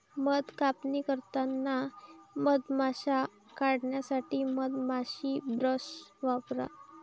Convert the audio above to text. मध कापणी करताना मधमाश्या काढण्यासाठी मधमाशी ब्रश वापरा